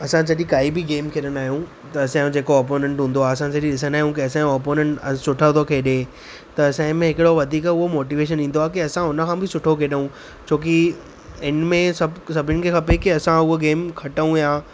असां जॾहिं काई बि गेम खेॾंदा आहियूं त असां जो जेको ऑपोनेंट हूंदो असां जॾहिं ॾिसंदा आहियूं की असांजो ऑपोनेंट सुठा थो खेॾे त असांजे में हिकिड़ो वधीक उहो मोटिवेशन ईंदो आहे असां हुनखां बि सुठो खेॾूं छो की इनमें सभिनि खे खपी की असां हुअ गेम खटूं या